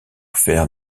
faire